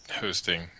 hosting